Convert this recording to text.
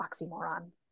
oxymoron